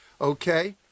okay